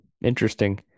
Interesting